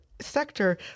sector